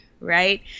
right